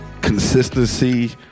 consistency